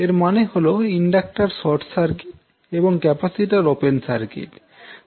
এর মানে হল ইন্ডাক্টর শর্ট সার্কিট এবং ক্যাপাসিটর ওপেন সার্কিট হবে